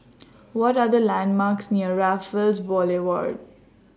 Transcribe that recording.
What Are The landmarks near Raffles Boulevard